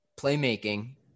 playmaking